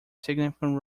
significant